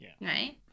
right